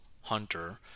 hunter